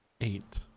eight